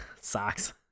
Socks